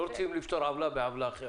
אנחנו לא רוצים לפתור עוולה בעוולה אחרת.